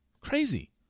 crazy